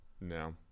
no